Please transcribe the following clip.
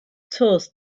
tours